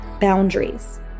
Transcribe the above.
boundaries